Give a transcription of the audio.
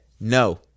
No